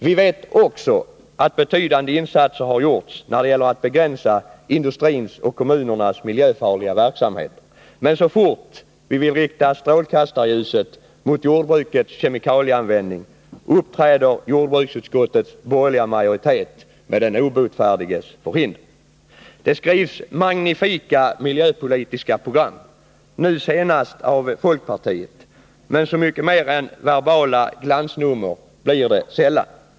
Vi vet också att betydande insatser har gjorts när det gäller att begränsa industrins och kommunernas miljöfarliga verksamheter. Men så fort vi vill rikta strålkastarljuset mot jordbrukets kemikalieanvändning uppträder jordbruksutskottets borgerliga majoritet med den obotfärdiges förhinder. Det skrivs magnifika miljöpolitiska program, nu senast av folkpartiet, men så mycket mer än verbala glansnummer blir det sällan.